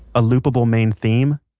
a loopable main theme,